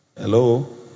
Hello